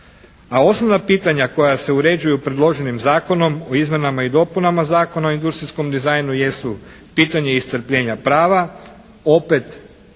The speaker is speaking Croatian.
A osnovna pitanja koja se uređuju predloženim Zakonom o izmjenama i dopunama Zakona o industrijskom dizajnu jesu pitanje iscrpljenja prava, opet